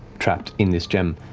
trapped in this gem.